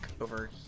over